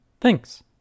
Thanks